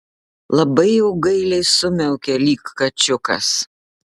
labai jau gailiai sumiaukė lyg kačiukas